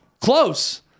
Close